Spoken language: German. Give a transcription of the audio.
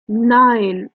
nein